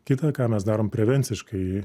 kitą ką mes darom prevenciškai